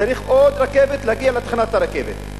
צריך עוד רכבת להגיע לתחנת הרכבת.